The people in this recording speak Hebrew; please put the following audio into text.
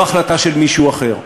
לא החלטה של מישהו אחר.